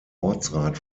ortsrat